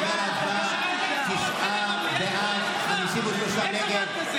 תשעה בעד, 53 נגד.